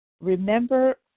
remember